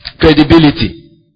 Credibility